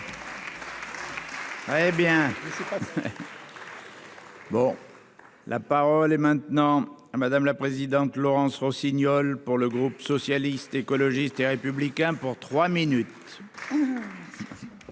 La parole est maintenant à madame la présidente, Laurence Rossignol pour le groupe socialiste, écologiste et républicain pour 3 minutes.